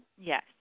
Yes